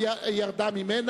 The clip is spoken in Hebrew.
המוצע)